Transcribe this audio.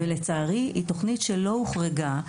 ולצערי היא תוכנית שלא הוחרגה,